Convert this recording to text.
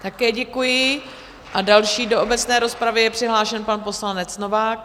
Také děkuji a další do obecné rozpravy je přihlášen pan poslanec Novák.